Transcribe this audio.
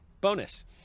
bonus